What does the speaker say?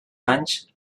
anys